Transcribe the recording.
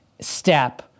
step